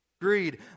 Greed